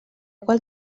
qual